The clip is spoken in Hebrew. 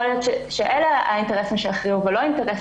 יכול להיות שאלה האינטרסים שיכריעו ולא אינטרס